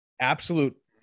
absolute